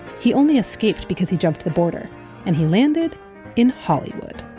he only escaped because he jumped the border and he landed in hollywood